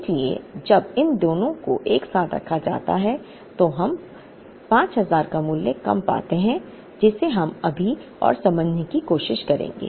इसलिए जब इन दोनों को एक साथ रखा जाता है तो हम 5000 का मूल्य कम पाते हैं जिसे हम अभी और समझाने की कोशिश करेंगे